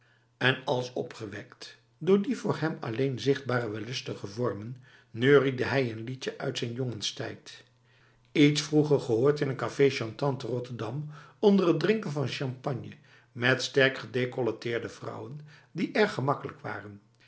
en als opgewekt door die voor hem alleen zichtbare wellustige vormen neuriede hij een liedje uit zijn jongelingstijd iets vroeger gehoord in een caféchantant te rotterdam onder het drinken van champagne met sterk gedecolleteerde vrouwen die erg gemakkelijk waren